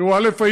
תראו, א.